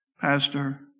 Pastor